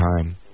time